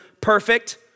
perfect